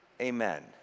Amen